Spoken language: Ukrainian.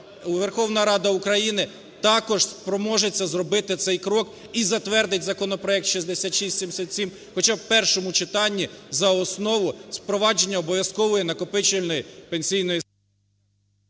Верховна Рада України також спроможеться зробити цей крок і затвердить законопроект 6677 хоча б у першому читанні за основу з впровадження обов'язкової накопичувальної пенсійної…